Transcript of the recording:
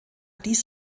dies